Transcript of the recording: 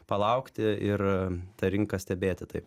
palaukti ir tą rinką stebėti taip